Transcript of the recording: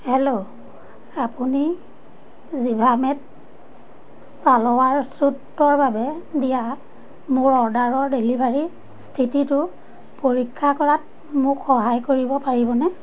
hello আপুনি জিভামেত ছ্ ছালৱাৰ ছুটৰ বাবে দিয়া মোৰ অৰ্ডাৰৰ ডেলিভাৰী স্থিতিটো পৰীক্ষা কৰাত মোক সহায় কৰিব পাৰিবনে